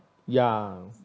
ya